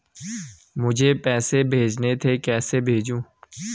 मुझे पैसे भेजने थे कैसे भेजूँ?